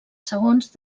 segons